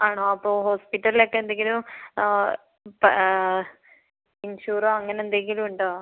ആണോ അപ്പോൾ ഹോസ്പിറ്റലിലൊക്കെ എന്തെങ്കിലും ആ പ ഇൻഷൂറോ അങ്ങനെയെന്തെങ്കിലും ഉണ്ടോ